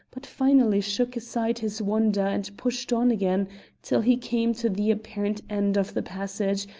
but finally shook aside his wonder and pushed on again till he came to the apparent end of the passage,